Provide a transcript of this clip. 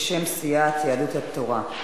בשם סיעת יהדות התורה.